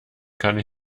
kann